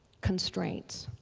constraints.